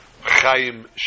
Chaim